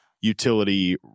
utility